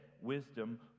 wisdom